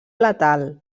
letal